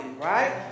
right